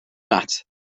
mat